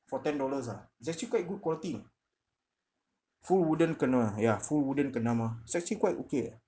for ten dollars ah it's actually quite good quality you know full wooden kendama ya full wooden kendama it's actually quite okay eh